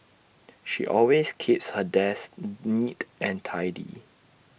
she always keeps her desk neat and tidy